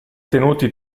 tenuti